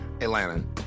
Atlanta